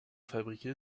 fabriquer